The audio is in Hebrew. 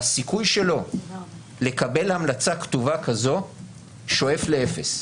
הסיכוי שלו לקבל המלצה כתובה כזאת שואף לאפס.